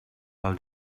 pel